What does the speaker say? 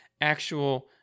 actual